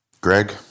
Greg